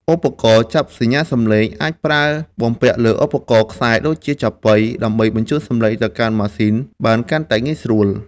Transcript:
ឧបករណ៍ចាប់សញ្ញាសំឡេង អាចប្រើបំពាក់លើឧបករណ៍ខ្សែដូចជាចាប៉ី ដើម្បីបញ្ជូនសំឡេងទៅកាន់ម៉ាស៊ីនបានកាន់តែងាយស្រួល។